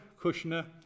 Kushner